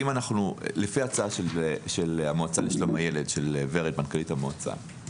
לפי ההצעה של ורד מנכ"לית המועצה לשלום הילד,